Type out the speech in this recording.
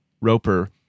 Roper